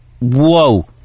Whoa